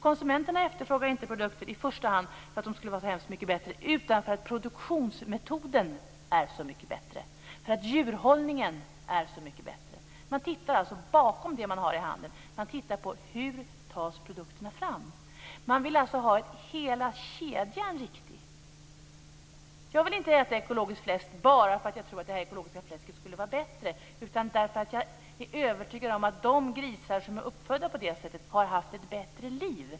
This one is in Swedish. Konsumenterna efterfrågar inte produkter i första hand därför att de skulle vara så hemskt mycket bättre utan därför att produktionsmetoden är så mycket bättre och därför att djurhållningen är så mycket bättre. Man tittar alltså bakom det man har i handen. Man tittar på hur produkterna tas fram. Man vill att hela kedjan skall vara riktig. Jag vill inte äta ekologiskt fläsk bara för att jag tror att det ekologiska fläsket skulle vara bättre utan därför att jag är övertygad om att de grisar som är uppfödda på det sättet har haft ett bättre liv.